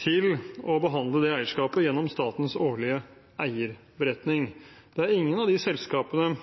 til å behandle det eierskapet gjennom statens årlige eierberetning. Det er ingen av de selskapene –